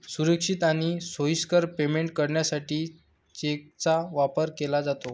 सुरक्षित आणि सोयीस्कर पेमेंट करण्यासाठी चेकचा वापर केला जातो